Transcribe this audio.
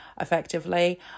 effectively